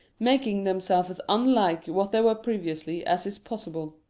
making themselves as unlike what they were previously as is possible.